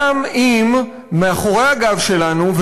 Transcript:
גם אם מאחורי הגב שלנו,